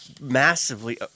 massively